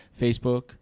Facebook